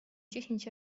dziesięć